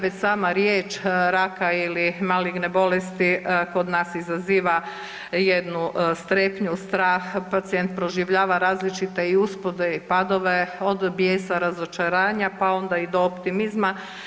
Već sama riječ raka ili maligne bolesti kod nas izaziva jednu strepnju, strah, pacijent proživljava i različite i uspone i padove od bijesa, razočaranja pa onda i do optimizma.